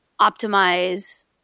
optimize